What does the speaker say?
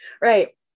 Right